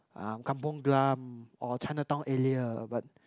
um Kampung-Glam or Chinatown area but